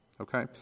Okay